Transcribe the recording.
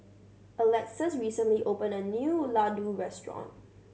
Alexus recently opened a new Ladoo Restaurant